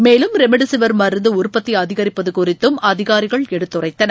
மேலும் ரெம்டெசிவிர் மருந்தஉற்பத்திஅதிகரிப்பதுகுறித்தும் அதிகாரிகள் எடுத்துரைத்தனர்